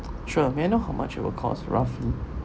sure may I know how much it will cost roughly